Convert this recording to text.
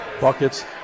buckets